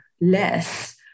less